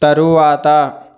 తరువాత